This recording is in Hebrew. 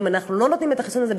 ואם אנחנו לא נותנים את החיסון הזה,